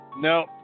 No